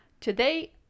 today